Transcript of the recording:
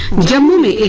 yeah me me